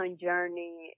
journey